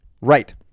Right